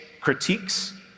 critiques